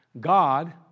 God